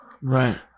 Right